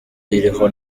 iriho